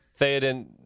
Theoden